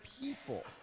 people